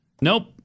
Nope